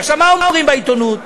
עכשיו, מה אומרים בעיתונות?